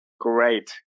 Great